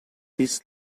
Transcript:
this